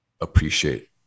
appreciate